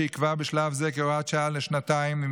שייקבע בשלב זה כהוראת שעה לשנתיים עם